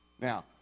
Now